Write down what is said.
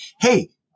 Hey